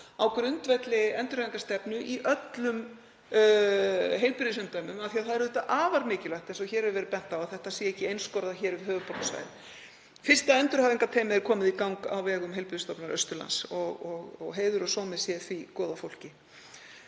á grundvelli endurhæfingarstefnu í öllum heilbrigðisumdæmum. Það er auðvitað afar mikilvægt, eins og hér hefur verið bent á, að þetta sé ekki einskorðað við höfuðborgarsvæðið. Fyrsta endurhæfingarteymið er komið í gang á vegum Heilbrigðisstofnunar Austurlands og heiður og sómi sé því góða fólki.